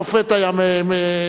השופט היה משוחד,